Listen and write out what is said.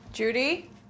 Judy